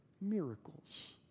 miracles